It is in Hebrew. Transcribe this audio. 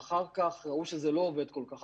ואחר כך ראו שזה לא עובד כל כך,